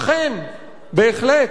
אכן, בהחלט,